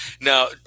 Now